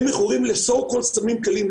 הם מכורים לסמים קלים כביכול,